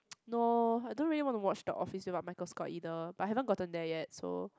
no I don't really want to watch the Office without Michael-Scott either but I haven't gotten there yet so